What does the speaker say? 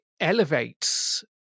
elevates